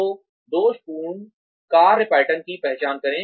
तो दोष पूर्ण कार्य पैटर्न की पहचान करें